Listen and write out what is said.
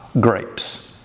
grapes